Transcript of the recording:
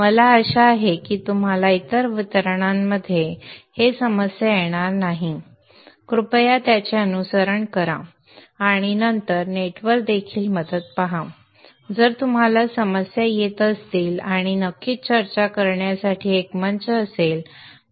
मला आशा आहे की तुम्हाला इतर वितरणांमध्ये समस्या येणार नाही कृपया त्याचे अनुसरण करा आणि नंतर नेटवर देखील मदत पहा जर तुम्हाला समस्या येत असतील आणि नक्कीच चर्चा करण्यासाठी एक मंच असेल